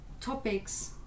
topics